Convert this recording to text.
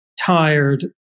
tired